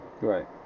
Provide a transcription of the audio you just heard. right